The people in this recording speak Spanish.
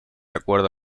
acuerdo